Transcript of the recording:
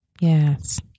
Yes